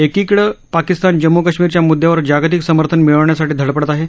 एकीकडे पाकिस्तान जम्मू कश्मीरच्या मुददयावर जागतिक समर्थन मिळवण्यासाठी धडपडत आहे